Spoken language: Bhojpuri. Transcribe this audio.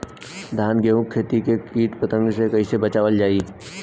धान गेहूँक खेती के कीट पतंगों से कइसे बचावल जाए?